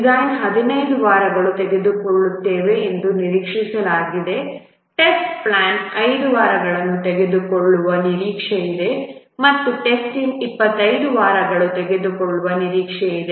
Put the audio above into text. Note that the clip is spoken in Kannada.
ಡಿಸೈನ್ 15 ವಾರಗಳನ್ನು ತೆಗೆದುಕೊಳ್ಳುತ್ತದೆ ಎಂದು ನಿರೀಕ್ಷಿಸಲಾಗಿದೆ ಟೆಸ್ಟ್ ಪ್ಲಾನ್ 5 ವಾರಗಳನ್ನು ತೆಗೆದುಕೊಳ್ಳುವ ನಿರೀಕ್ಷೆಯಿದೆ ಮತ್ತು ಟೆಸ್ಟಿಂಗ್ 25 ವಾರಗಳನ್ನು ತೆಗೆದುಕೊಳ್ಳುವ ನಿರೀಕ್ಷೆಯಿದೆ